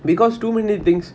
because too many things